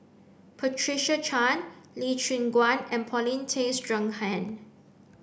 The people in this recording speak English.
Patricia Chan Lee Choon Guan and Paulin Tay Straughan